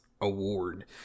award